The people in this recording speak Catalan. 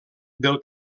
del